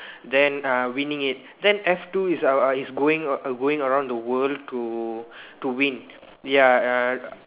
then uh winning it then F two is uh is going going around the world to to win ya uh